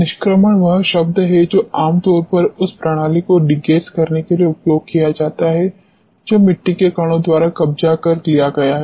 निष्क्रमण वह शब्द है जो आमतौर पर उस प्रणाली को डीगैस करने के लिए उपयोग किया जाता है जो मिट्टी के कणों द्वारा कब्जा कर लिया गया है